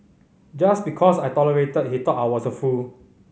just because I tolerated he thought I was a fool